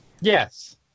Yes